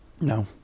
no